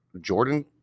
Jordan